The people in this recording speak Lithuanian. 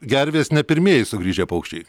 gervės ne pirmieji sugrįžę paukščiai